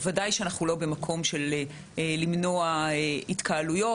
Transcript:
בוודאי לא למנוע התקהלויות,